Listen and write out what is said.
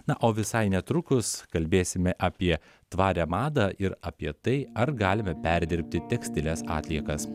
na o visai netrukus kalbėsime apie tvarią madą ir apie tai ar galime perdirbti tekstilės atliekas